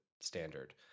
standard